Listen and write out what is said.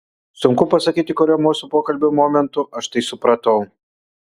sunku pasakyti kuriuo mūsų pokalbio momentu aš tai supratau